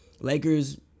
Lakers